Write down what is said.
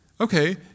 Okay